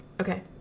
Okay